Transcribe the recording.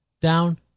down